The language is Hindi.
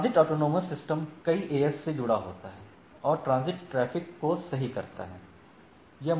ट्रांजिट ऑटोनॉमस सिस्टम कई AS से जुड़ा होता है और ट्रांसमिट ट्रैफिक को सही करता है